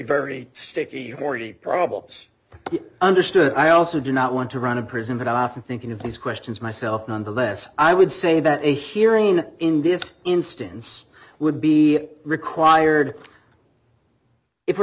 very sticky already problems understood i also do not want to run a prison but often thinking of these questions myself nonetheless i would say that a hearing in this instance would be required if we're